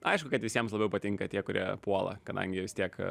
aišku kad visiems labiau patinka tie kurie puola kadangi vis tiek